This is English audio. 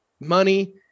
money